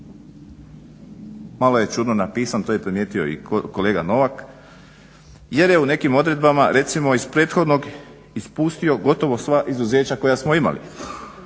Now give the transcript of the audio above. malo je čudno napisan, to je primijetio i kolega Novak, jer je u nekim odredbama recimo iz prethodnog ispustio gotovo sva izuzeća koja smo imali.